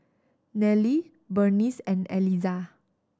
Nelie Burnice and Elizah